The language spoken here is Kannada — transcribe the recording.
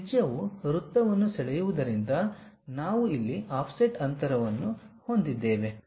ತ್ರಿಜ್ಯವು ವೃತ್ತವನ್ನು ಸೆಳೆಯುವುದರಿಂದ ನಾವು ಇಲ್ಲಿ ಆಫ್ಸೆಟ್ ಅಂತರವನ್ನು ಹೊಂದಿದ್ದೇವೆ